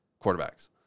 quarterbacks